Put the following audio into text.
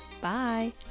Bye